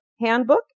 Handbook